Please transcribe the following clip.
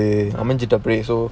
அமஞ்சிட்டுஅப்படியே:amanchittu apdiye so